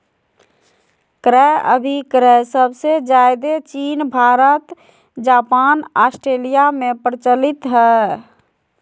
क्रय अभिक्रय सबसे ज्यादे चीन भारत जापान ऑस्ट्रेलिया में प्रचलित हय